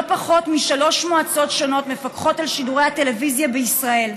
לא פחות משלוש מועצות שונות מפקחות על שידורי הטלוויזיה בישראל.